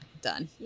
done